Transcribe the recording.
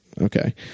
okay